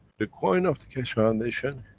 the coin of the keshe foundation,